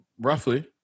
roughly